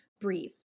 breathe